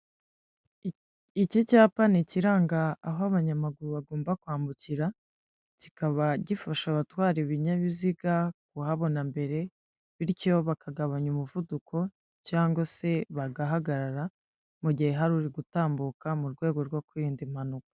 Iki cyapa ni ikiranga aho abanyamaguru bagomba kwambukira kikaba gifasha abatwara ibinyabiziga kuhabona mbere, bityo bakagabanya umuvuduko cyangwag se bagahagarara mu gihe hari uri gutambuka mu rwego rwo kwirinda impanuka.